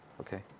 Okay